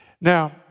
Now